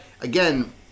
again